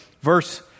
verse